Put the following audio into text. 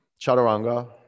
Chaturanga